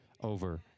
over